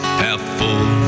half-full